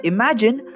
Imagine